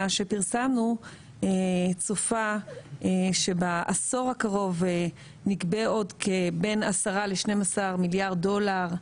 שפרסמנו צופה שבעשור הקרוב נגבה עוד בין 10 ל-12 מיליארד דולר,